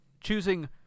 choosing